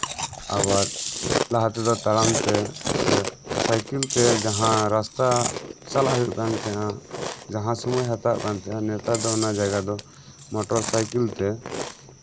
ᱟᱵᱟᱨ ᱞᱟᱦᱟ ᱛᱮᱫᱚ ᱛᱟᱲᱟᱢ ᱛᱮ ᱥᱮ ᱥᱟᱭᱠᱮᱞ ᱛᱮ ᱡᱟᱸᱦᱟ ᱨᱟᱥᱛᱟ ᱪᱟᱞᱟᱜ ᱦᱩᱭᱩᱜ ᱠᱟᱱ ᱛᱟᱸᱦᱮᱱᱟ ᱡᱟᱸᱦᱟ ᱥᱚᱢᱚᱭ ᱦᱟᱛᱟᱣᱭᱮᱫ ᱛᱟᱸᱦᱮᱱᱟ ᱱᱮᱛᱟᱨ ᱫᱚ ᱚᱱᱟ ᱡᱟᱭᱜᱟ ᱫᱚ ᱢᱚᱴᱚᱨ ᱥᱟᱭᱠᱮᱞ ᱛᱮ